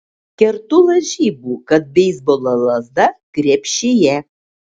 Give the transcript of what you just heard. kertu lažybų kad beisbolo lazda krepšyje